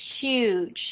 huge